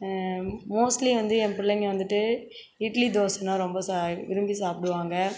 mostly வந்து என் பிள்ளைங்க வந்துட்டு இட்லி தோசைன்னா ரொம்ப சா விரும்பி சாப்பிடுவாங்க